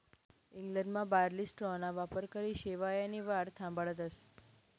इंग्लंडमा बार्ली स्ट्राॅना वापरकरी शेवायनी वाढ थांबाडतस